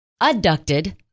abducted